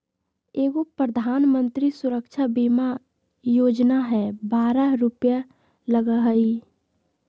एगो प्रधानमंत्री सुरक्षा बीमा योजना है बारह रु लगहई?